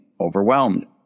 overwhelmed